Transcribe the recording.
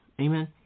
Amen